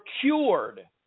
cured